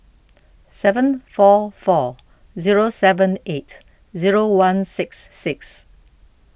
seven four four zero seven eight zero one six six